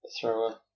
Thrower